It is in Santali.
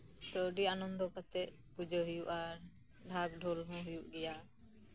ᱛᱳ ᱟᱹᱰᱤ ᱟᱱᱚᱱᱫᱚ ᱠᱟᱛᱮᱫ ᱯᱩᱡᱟᱹ ᱦᱩᱭᱩᱜᱼᱟ ᱰᱷᱟᱠ ᱰᱷᱳᱞ ᱦᱚᱸ ᱦᱩᱭᱩᱜ ᱜᱮᱭᱟ